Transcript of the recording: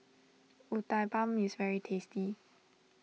Uthapam is very tasty